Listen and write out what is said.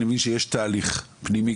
אני מבין שיש תהליך פנימי,